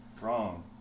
Wrong